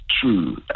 true